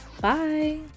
Bye